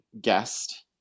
guest